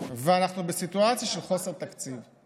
ואנחנו בסיטואציה של חוסר תקציב,